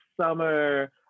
summer